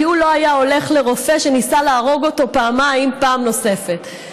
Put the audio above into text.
כי הוא לא היה הולך לרופא שניסה להרוג אותו פעמיים פעם נוספת.